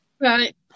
Right